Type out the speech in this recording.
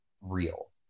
real